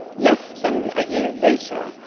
less than a year later,